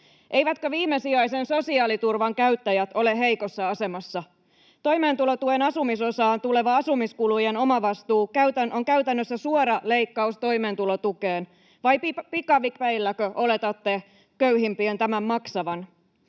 Eivätkö viimesijaisen sosiaaliturvan käyttäjät ole heikossa asemassa? Toimeentulotuen asumisosaan tuleva asumiskulujen omavastuu on käytännössä suora leikkaus toimeentulotukeen. Vai pikavipeilläkö oletatte köyhimpien tämän maksavan?